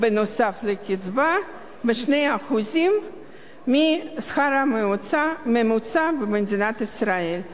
בנוסף לקצבה ב-2% מהשכר הממוצע במדינת ישראל,